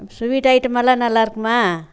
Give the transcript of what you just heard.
sweet ஐட்டமெல்லாம் நல்லாயிருக்குமா